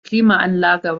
klimaanlage